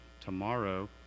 tomorrow